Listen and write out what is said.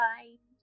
Bye